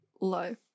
life